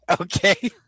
Okay